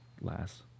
last